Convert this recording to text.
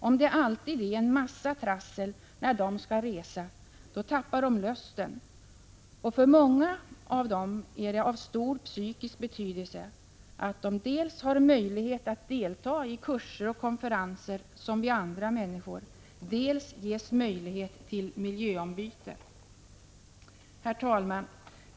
Om det alltid är en massa trassel när de skall resa, då tappar de lusten, och för många av dem är det av stor psykologisk betydelse att de dels har möjlighet att delta i kurser och konferenser som vi andra människor, dels ges möjlighet till miljöombyte. Herr talman!